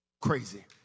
Crazy